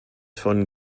von